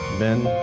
then